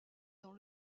dans